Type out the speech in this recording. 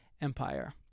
empire